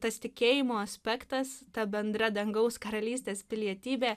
tas tikėjimo aspektas ta bendra dangaus karalystės pilietybė